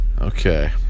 Okay